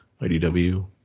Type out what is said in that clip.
IDW